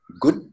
good